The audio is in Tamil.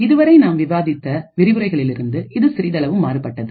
இதுவரை நாம் விவாதித்த விரிவுரைகளிலிருந்து இது சிறிதளவு மாறுபட்டது